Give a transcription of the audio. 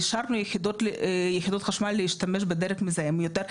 והשארנו יחידות חשמל להשתמש בדלק מזהם יותר.